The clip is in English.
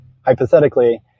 hypothetically